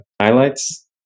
highlights